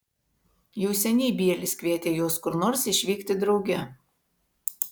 jau seniai bielis kvietė juos kur nors išvykti drauge